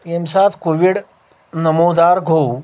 ییٚمہِ ساتہٕ کووِڈ نَمودار گوٚو